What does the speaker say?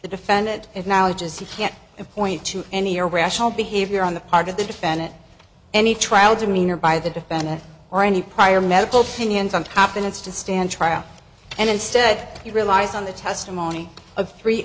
the defendant acknowledges he can't point to any irrational behavior on the part of the defendant any trial demeanor by the defendant or any prior medical fenians on top and it's to stand trial and instead he relies on the testimony of three